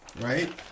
Right